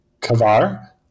Kavar